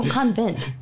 convent